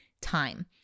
time